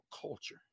culture